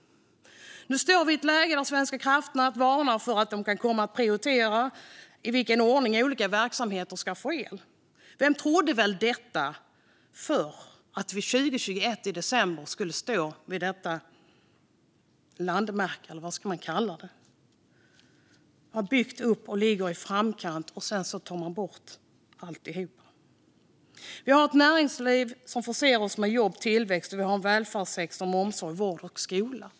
Nu står vi i ett läge där Svenska kraftnät varnar för att de kan komma att prioritera i vilken ordning olika verksamheter ska få el. Vem trodde väl detta förr - att vi i december 2021 skulle stå vid detta landmärke, eller vad man nu ska kalla det? Vi har byggt upp och ligger i framkant, och sedan tar man bort alltihop. Vi har ett näringsliv som förser oss med jobb och tillväxt, och vi har en välfärdssektor med omsorg, vård och skola.